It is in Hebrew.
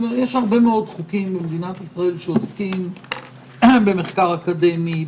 יש הרבה מאוד חוקים במדינת ישראל שעוסקים במחקר אקדמי,